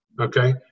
okay